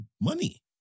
money